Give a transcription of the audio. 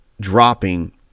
dropping